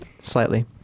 Slightly